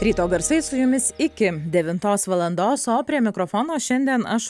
ryto garsai su jumis iki devintos valandos o prie mikrofono šiandien aš